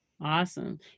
Awesome